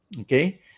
Okay